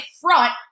front